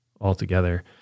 altogether